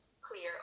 clear